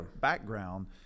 background